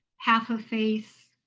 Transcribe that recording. half a face,